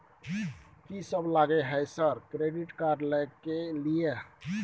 कि सब लगय हय सर क्रेडिट कार्ड लय के लिए?